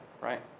right